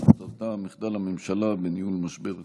שכותרתה: מחדל הממשלה בניהול משבר הקורונה.